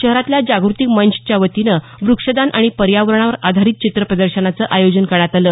शहरातल्या जाग्रती मंचच्या वतीनं व्रक्षदान आणि पर्यावरणावर आधारित चित्र प्रदर्शनाचं आयोजन करण्यात आलं